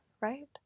right